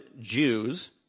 Jews